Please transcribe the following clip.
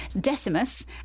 Decimus